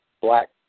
black